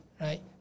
right